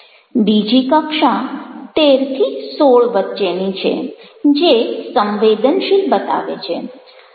બીજી કક્ષા 13 થી 16 વચ્ચેની છે જે સંવેદનશીલ બતાવે છે